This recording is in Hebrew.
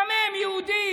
במה הם יהודים?